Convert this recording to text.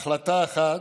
החלטה אחת,